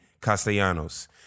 Castellanos